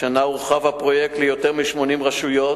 השנה הורחב הפרויקט ליותר מ-80 רשויות,